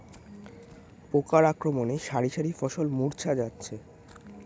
পোকার আক্রমণে শারি শারি ফসল মূর্ছা যাচ্ছে